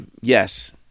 yes